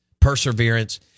perseverance